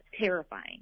terrifying